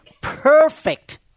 perfect